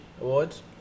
Awards